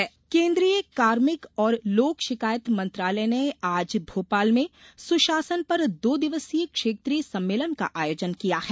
क्षेत्रीय सम्मेलन केन्द्रीय कार्मिक और लोक शिकायत मंत्रालय ने आज भोपाल में सुशासन पर दो दिवसीय क्षेत्रीय सम्मेलन का आयोजन किया है